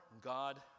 God